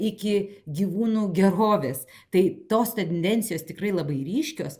iki gyvūnų gerovės tai tos tendencijos tikrai labai ryškios